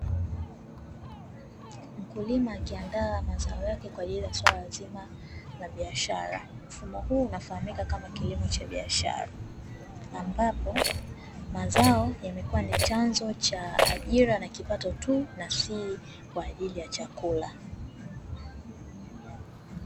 Mkulima akiandaa mazao yake kwajili ya swala zima la biashara. Mfumo huu unafahamika kama kilimo cha biashara. Ambapo, mazao yamekuwa chanzo cha ajira na kipato tu na si kwajili ya chakula.